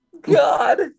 god